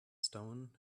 stone